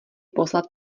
poslat